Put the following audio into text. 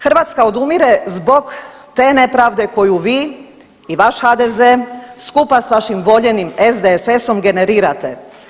Hrvatska odumire zbog te nepravde koju vi i vaš HDZ skupa s vašim voljenim SDSS-om generirate.